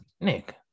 Nick